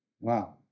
Wow